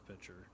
pitcher